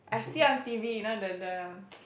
I see on t_v you know the the